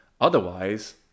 Otherwise